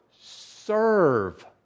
serve